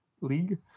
League